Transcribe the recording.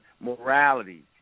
morality